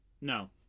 No